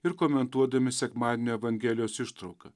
ir komentuodami sekmadienio evangelijos ištrauką